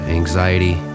anxiety